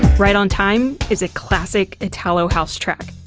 ride on time is a classic italo-house track.